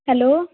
hello